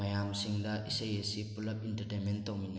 ꯃꯌꯥꯝꯁꯤꯡꯗ ꯏꯁꯩ ꯑꯁꯤ ꯄꯨꯂꯞ ꯏꯟꯇꯔꯇꯦꯟꯃꯦꯟ ꯇꯧꯃꯤꯟꯅꯩ